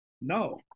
no